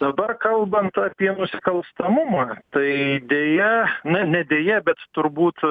dabar kalbant apie nusikalstamumą tai deja nu ne deja bet turbūt